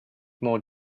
more